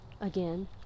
again